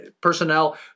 personnel